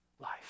life